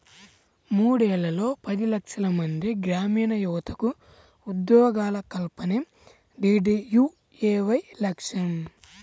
మూడేళ్లలో పది లక్షలమంది గ్రామీణయువతకు ఉద్యోగాల కల్పనే డీడీయూఏవై లక్ష్యం